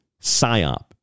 PSYOP